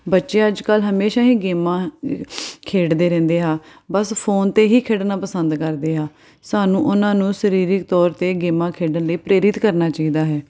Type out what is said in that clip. ਬੱਚੇ ਅੱਜ ਕੱਲ੍ਹ ਹਮੇਸ਼ਾ ਹੀ ਗੇਮਾਂ ਖੇਡਦੇ ਰਹਿੰਦੇ ਆ ਬਸ ਫ਼ੋਨ 'ਤੇ ਹੀ ਖੇਡਣਾ ਪਸੰਦ ਕਰਦੇ ਆ ਸਾਨੂੰ ਉਹਨਾਂ ਨੂੰ ਸਰੀਰਕ ਤੌਰ 'ਤੇ ਗੇਮਾਂ ਖੇਡਣ ਲਈ ਪ੍ਰੇਰਿਤ ਕਰਨਾ ਚਾਹੀਦਾ ਹੈ